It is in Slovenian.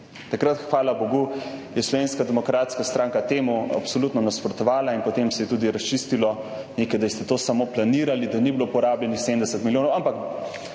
Takrat, hvala bogu, je Slovenska demokratska stranka temu absolutno nasprotovala in potem se je tudi razčistilo, da ste to samo planirali, da ni bilo porabljenih 70 milijonov, ampak